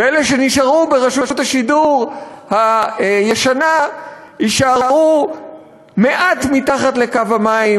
ואלה שנשארו ברשות השידור הישנה יישארו מעט מתחת לקו המים,